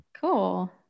Cool